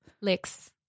licks